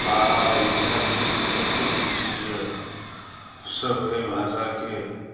भाव अभिव्यक्ति जतेक भी चीज यए सभ एहि भाषाके